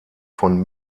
von